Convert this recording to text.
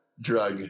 drug